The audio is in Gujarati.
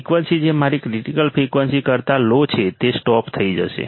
ફ્રિકવન્સી જે મારી ક્રિટિકલ ફ્રિકવન્સી કરતા લો છે તે સ્ટોપ થઈ જશે